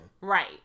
Right